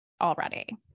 already